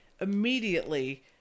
immediately